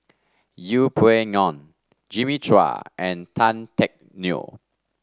Yeng Pway Ngon Jimmy Chua and Tan Teck Neo